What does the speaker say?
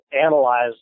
analyze